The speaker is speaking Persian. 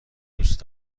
دوست